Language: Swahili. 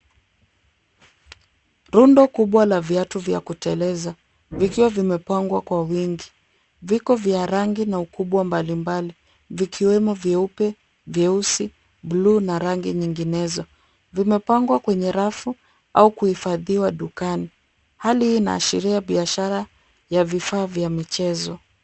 Rundo kubwa la viatu vya kuteleza vikiwa vimepangwa kwa wingi. Viko vya rangi na ukubwa mbalimbali vikiwemo vyeupe, vyeusi, buluu na rangi nyinginezo. Vimepangwa kwenye rafu au kuhifadhiwa dukani. Hali hii inaashiria biashara ya vifaa vya michezo.